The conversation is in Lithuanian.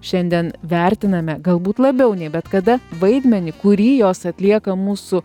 šiandien vertiname galbūt labiau nei bet kada vaidmenį kurį jos atlieka mūsų